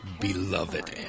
Beloved